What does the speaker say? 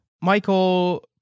Michael